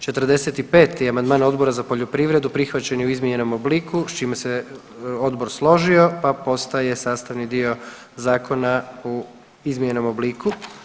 45. amandman Odbora za poljoprivredu prihvaćen je izmijenjenom obliku, s čime se Odbor složio pa postaje sastavni dio zakona u izmijenjenom obliku.